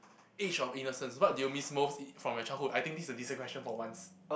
age of innocence what do you miss most from your childhood I think this is a decent question for once